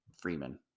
Freeman